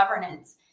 governance